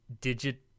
digit